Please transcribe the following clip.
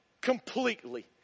completely